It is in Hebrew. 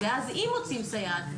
ואז אם מוצאים סייעת,